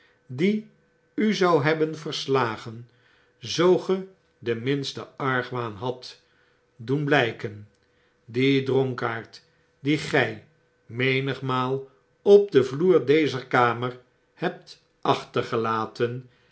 die u zou hebben verslagen zoo ge den minsten argwaan hadt doen biyken die dronkaard dien gj menigmaal op den vloer dezer kamer hebt achtergelaten